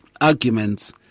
arguments